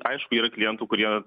aišku yra klientų kurie